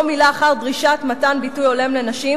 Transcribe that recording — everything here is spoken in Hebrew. מילא אחר דרישת מתן ביטוי הולם לנשים,